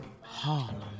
Harlem